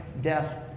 death